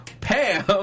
Pam